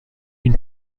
une